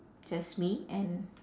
just me and